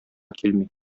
килми